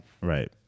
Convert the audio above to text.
Right